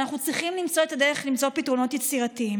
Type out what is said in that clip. ואנחנו צריכים למצוא את הדרך למצוא פתרונות יצירתיים.